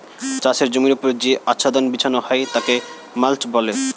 চাষের জমির ওপর যে আচ্ছাদন বিছানো হয় তাকে মাল্চ বলে